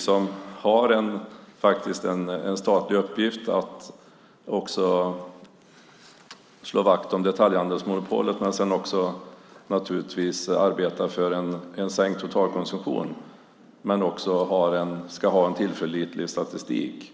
som har en statlig uppgift att slå vakt om detaljhandelsmonopolet men också naturligtvis ska arbeta för en sänkt totalkonsumtion. Man ska också ha en tillförlitlig statistik.